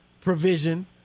provision